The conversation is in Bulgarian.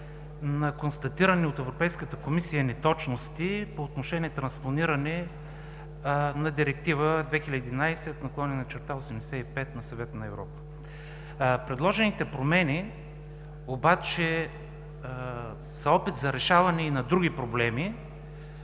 на констатирани от Европейската комисия неточности по отношение транспониране на Директива 2011/85 на Съвета на Европа. Предложените промени обаче са опит за решаване и на други проблеми,